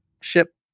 ship